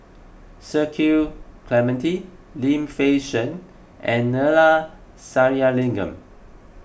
Cecil Clementi Lim Fei Shen and Neila Sathyalingam